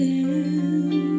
end